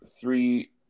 Three